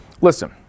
listen